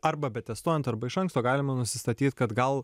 arba betestuojant arba iš anksto galima nusistatyt kad gal